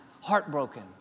heartbroken